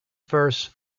first